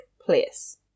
place